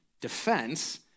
defense